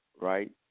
right